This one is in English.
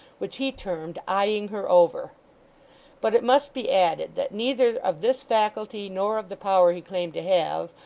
which he termed eyeing her over but it must be added, that neither of this faculty, nor of the power he claimed to have,